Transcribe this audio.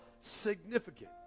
significant